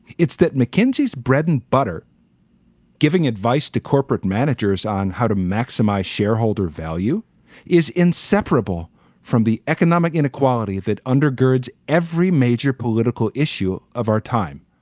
it's that mckinsey's bread and butter giving advice to corporate managers on how to maximize shareholder value is inseparable from the economic inequality that undergirds every major political issue of our time.